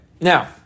Now